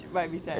right beside